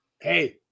Hey